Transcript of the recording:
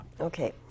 Okay